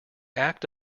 act